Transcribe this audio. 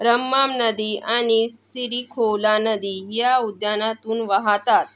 रम्माम नदी आणि सिलिखोला नदी या उद्यानातून वाहतात